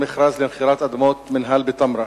למכירת אדמות מינהל בתמרה.